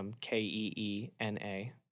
K-E-E-N-A